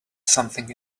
something